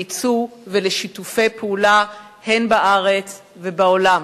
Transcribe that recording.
לייצוא ולשיתופי פעולה הן בארץ הן בעולם.